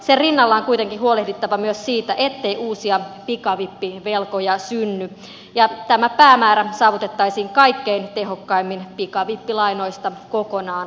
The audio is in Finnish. sen rinnalla on kuitenkin huolehdittava myös siitä ettei uusia pikavippivelkoja synny ja tämä päämäärä saavutettaisiin kaikkein tehokkaimmin pikavippilainoista kokonaan luopumalla